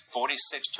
Forty-six